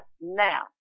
Now